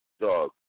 Dog